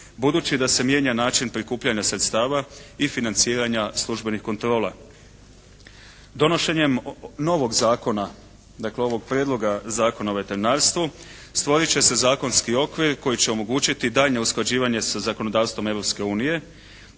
budući da se mijenja način prikupljanja sredstava i financiranja službenih kontrola. Donošenjem novog zakona, dakle ovog Prijedloga zakona o veterinarstvu, stvorit će se zakonski okvir koji će omogućiti daljnje usklađivanje sa zakonodavstvom